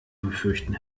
befürchten